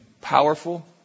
powerful